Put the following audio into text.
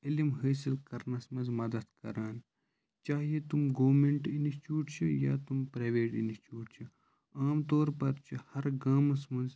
علِم حٲصِل کَرنَس منٛز مدَد کران چاہے تِم گورمیٚنٛٹ اِنسچُوٹ چھِ یا تِم پریویٹ اِنَسچُوٹ چھِ عام طور پَر چھِ ہَر گامَس منٛز